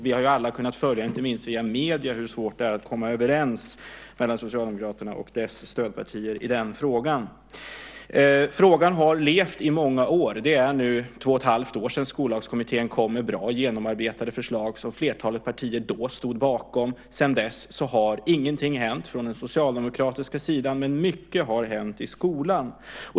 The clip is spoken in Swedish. Vi har alla kunnat följa, inte minst via medier, hur svårt det är att komma överens mellan Socialdemokraterna och deras stödpartier i den frågan. Frågan har levt i många år. Det är nu två och ett halvt år sedan Skollagskommittén kom med bra genomarbetade förslag som flertalet partier då stod bakom. Sedan dess har ingenting hänt från den socialdemokratiska sidan, men mycket har hänt i skolan.